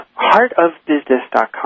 Heartofbusiness.com